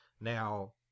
Now